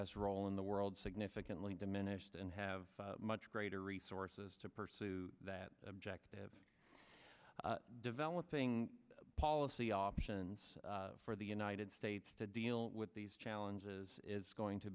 s role in the world significantly diminished and have much greater resources to pursue that objective developing policy options for the united states to deal with these challenges is going to